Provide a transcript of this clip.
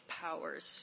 powers